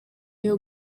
iyo